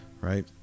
right